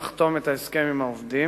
על ההסכם עם העובדים,